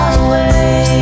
away